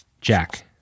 Jack